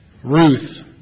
Ruth